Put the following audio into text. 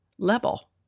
level